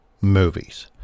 movies